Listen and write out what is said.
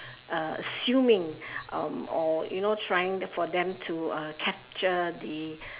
uh assuming um or you know trying for them to uh capture the